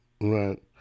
Right